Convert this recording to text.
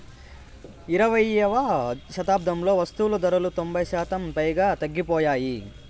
ఇరవైయవ శతాబ్దంలో వస్తువులు ధరలు తొంభై శాతం పైగా తగ్గిపోయాయి